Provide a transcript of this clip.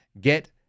get